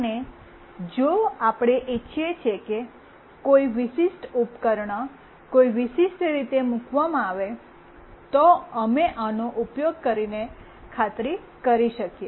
અને જો આપણે ઇચ્છીએ છીએ કે કોઈ વિશિષ્ટ ઉપકરણ કોઈ વિશિષ્ટ રીતે મૂકવામાં આવે તો અમે આનો ઉપયોગ કરીને ખાતરી કરી શકીએ